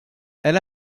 elle